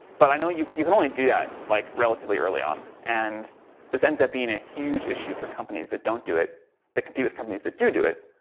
but i know you can can only do that like relatively early on. and this ends up being a huge issue for companies that don't do it that compete with companies that do do it.